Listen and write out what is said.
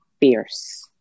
fierce